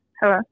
Hello